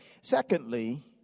Secondly